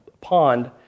pond